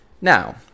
Now